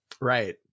Right